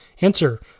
Answer